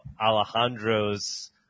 Alejandro's